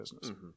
business